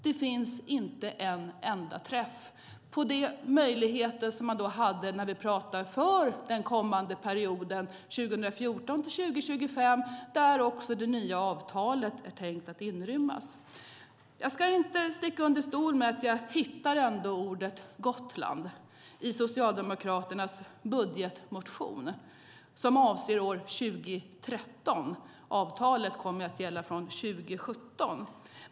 Det finns inte en enda träff när det gäller den kommande perioden 2014-2025 där det nya avtalet är tänkt att inrymmas. Jag ska inte sticka under stol med att jag ändå hittade ordet Gotland i Socialdemokraternas budgetmotion som avser år 2013. Avtalet kommer att gälla från 2017.